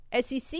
SEC